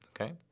okay